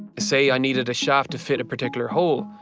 say i needed a shaft to fit a particular hole,